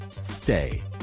stay